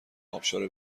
ابشار